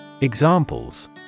Examples